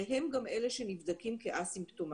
והם גם אלה שנבדקים כאסימפטומטיים.